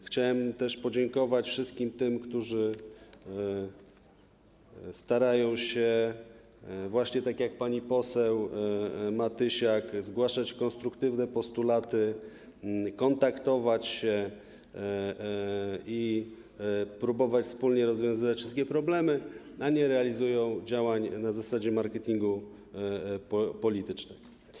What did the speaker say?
Chciałem też podziękować wszystkim tym, którzy starają się, właśnie tak jak pani poseł Matysiak, zgłaszać konstruktywne postulaty, kontaktować się i próbować wspólnie rozwiązywać wszystkie problemy, a nie realizują działań na zasadzie marketingu politycznego.